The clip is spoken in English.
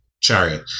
chariot